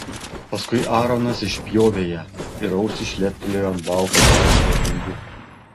paskui aaronas išspjovė ją ir ausis šleptelėjo ant balto marmuro grindų